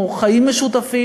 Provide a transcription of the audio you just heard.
או חיים משותפים,